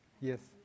Yes